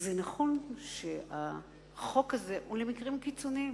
נכון שהחוק הזה הוא למקרים קיצוניים.